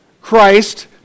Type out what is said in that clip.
Christ